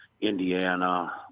Indiana